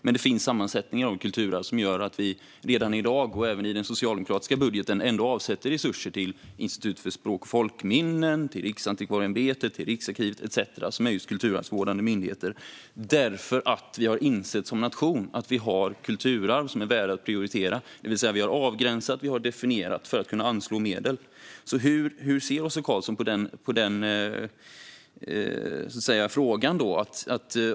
Men det finns sammansättningar av kulturarv som gör att vi redan i dag, och även i den socialdemokratiska budgeten, ändå avsätter resurser till Institutet för språk och folkminnen, till Riksantikvarieämbetet, till Riksarkivet etcetera, som är just kulturarvsvårdande myndigheter, därför att vi som nation har insett att vi har kulturarv som är värda att prioritera. Vi har alltså avgränsat och definierat för att kunna anslå medel. Hur ser Åsa Karlsson på denna fråga?